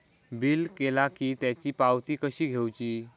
Bill केला की त्याची पावती कशी घेऊची?